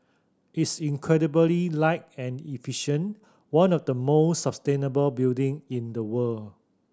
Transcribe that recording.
it's incredibly light and efficient one of the more sustainable building in the world